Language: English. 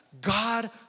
God